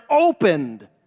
opened